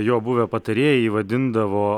jo buvę patarėjai jį vadindavo